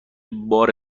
بار